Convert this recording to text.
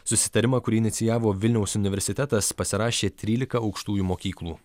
susitarimą kurį inicijavo vilniaus universitetas pasirašė trylika aukštųjų mokyklų